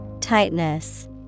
Tightness